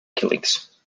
killings